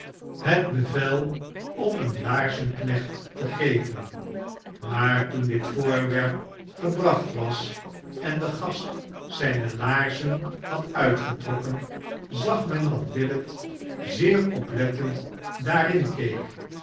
het bevel barnaby rudge om een laarzenknecht te geven maar toen dit voorwerp gebracht was en de gast zijne laarzen had uitgetrokken zag men dat willet zeer oplettend daarin keek